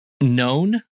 known